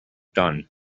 done